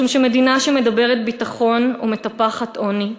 משום שמדינה שמדברת ביטחון ומטפחת עוני,